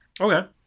Okay